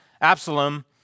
Absalom